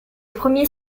premier